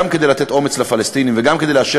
גם כדי לתת אומץ לפלסטינים וגם כדי לאשר